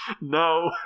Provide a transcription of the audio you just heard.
No